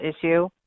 issue